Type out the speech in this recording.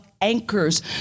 anchors